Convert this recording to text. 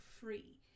free